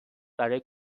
برای